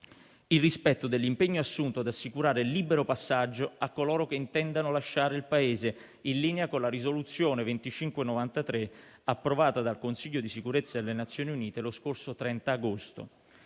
il rispetto dell'impegno assunto, volto ad assicurare il libero passaggio a coloro che intendano lasciare il Paese, in linea con la risoluzione n. 2593, approvata dal Consiglio di sicurezza delle Nazioni Unite lo scorso 30 agosto.